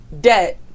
debt